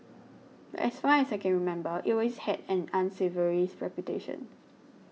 but as far as I can remember it always had an unsavoury reputation